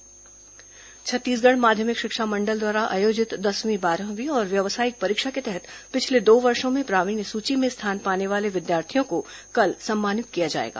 विद्यार्थी सम्मान छत्तीसगढ़ माध्यमिक शिक्षा मंडल द्वारा आयोजित दसवीं बारहवीं और व्यावसायिक परीक्षा के तहत पिछले दो वर्षो में प्रावीण्य सुची में स्थान पाने वाले विद्यार्थियों को कल सम्मानित किया जाएगा